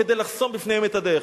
כדי לחסום בפניהם את הדרך.